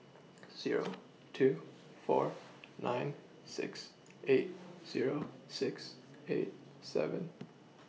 Zero two four nine six eight Zero six eight seven